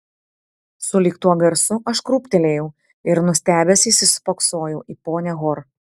sulig tuo garsu aš krūptelėjau ir nustebęs įsispoksojau į ponią hor